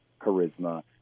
charisma